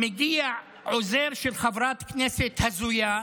מגיע עוזר של חברת כנסת הזויה,